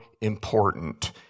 important